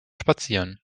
spazieren